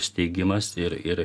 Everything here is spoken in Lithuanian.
steigimas ir ir